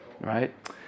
right